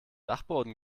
dachboden